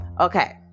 Okay